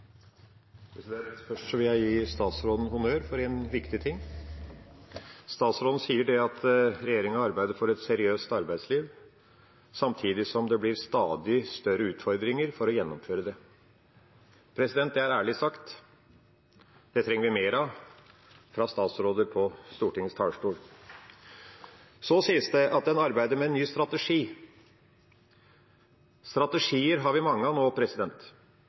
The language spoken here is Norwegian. Først vil jeg gi statsråden honnør for en viktig ting. Statsråden sier at regjeringa arbeider for et seriøst arbeidsliv, samtidig som det blir stadig større utfordringer med å gjennomføre det. Det er ærlig sagt. Det trenger vi mer av fra statsråder på Stortingets talerstol. Så sies det at en arbeider med en ny strategi. Strategier har vi mange av nå.